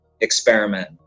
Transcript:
experiment